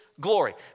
Glory